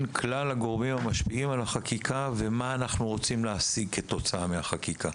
כלל הגורמים המשפיעים על החקיקה ומה אנחנו רוצים להשיג כתוצאה מהחקיקה.